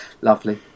Lovely